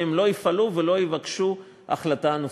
והם לא יפעלו ולא יבקשו החלטה נוספת.